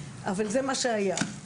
אבל זה מה שהיה.